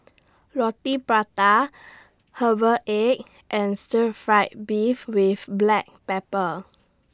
Roti Prata Herbal Egg and Stir Fried Beef with Black Pepper